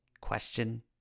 question